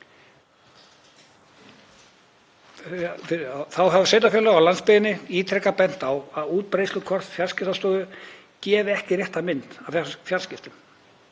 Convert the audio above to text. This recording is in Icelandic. Þá hafa sveitarfélög á landsbyggðinni ítrekað bent á að útbreiðslukort Fjarskiptastofu gefi ekki rétta mynd af fjarskiptum.